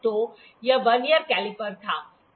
तो यह vernier caliper था